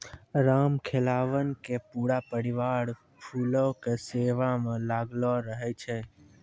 रामखेलावन के पूरा परिवार फूलो के सेवा म लागलो रहै छै